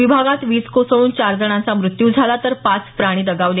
विभागात वीज कोसळून चार जणांचा मृत्यू झाला तर पाच प्राणी दगावले